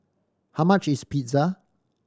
how much is Pizza